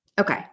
Okay